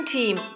Team